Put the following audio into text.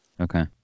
Okay